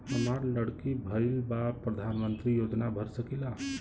हमार लड़की भईल बा प्रधानमंत्री योजना भर सकीला?